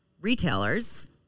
retailers